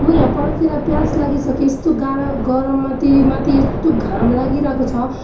म यहाँ पर्खिएर प्यास लागिसक्यो यस्तो गारा गरममा त्यहीमाथि यस्तो घाम लागिरहेको छ